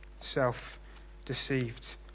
Self-deceived